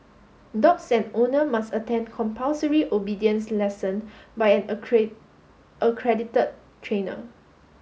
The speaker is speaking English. dogs and owner must attend compulsory obedience lesson by an accredited trainer